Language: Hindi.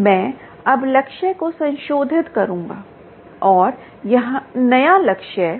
मैं अब लक्ष्य को संशोधित करूंगा और नया लक्ष्य